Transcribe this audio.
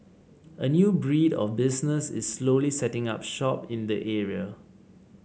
a new breed of businesses is slowly setting up shop in the area